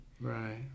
Right